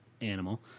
animal